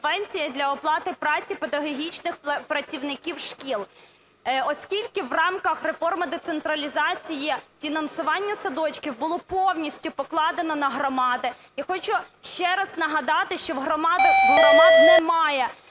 субвенція для оплати праці педагогічних працівників шкіл. Оскільки в рамках реформи децентралізації фінансування садочків було повністю покладено на громади, я хочу ще раз нагадати, що у громад немає